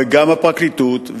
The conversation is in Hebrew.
גם הפרקליטות,